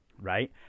right